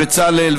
בצלאל,